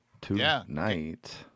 tonight